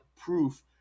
proof